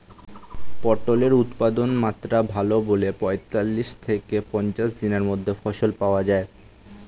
পটলের উৎপাদনমাত্রা ভালো বলে পঁয়তাল্লিশ থেকে পঞ্চাশ দিনের মধ্যে ফসল পাওয়া যায়